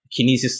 Kinesis